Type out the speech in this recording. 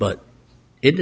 but it